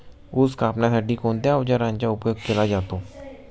ऊस कापण्यासाठी कोणत्या अवजारांचा उपयोग केला जातो?